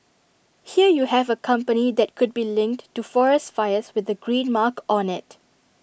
here you have A company that could be linked to forest fires with the green mark on IT